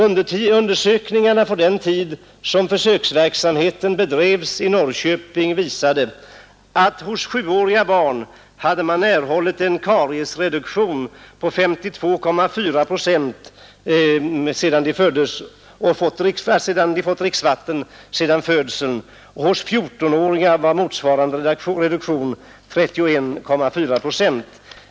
Undersökningar från den tid då försöksverksamhet bedrevs i Norrköping visade, att man hos 7-åriga barn, som fått dricksvatten med fluor sedan födseln, erhållit en kariesreduktion med 52,4 procent och hos 14-åringarna var motsvarande reduktion 31,4 procent.